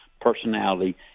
personality